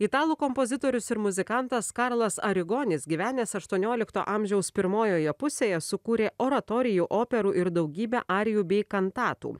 italų kompozitorius ir muzikantas karlas arigonis gyvenęs aštuoniolikto amžiaus pirmojoje pusėje sukūrė oratorijų operų ir daugybę arijų bei kantatų